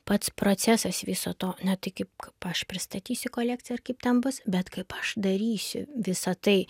pats procesas viso to ne tai kaip aš pristatysiu kolekciją ir kaip ten bus bet kaip aš darysiu visa tai